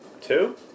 Two